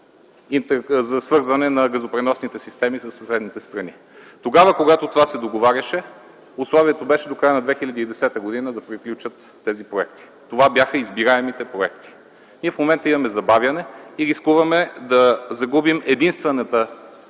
за свързване на газопреносните системи със съседните страни. Когато това се договаряше, условието беше до края на 2010 г. тези проекти да приключат. Това бяха избираемите проекти. В момента имаме забавяне и рискуваме да загубим единствената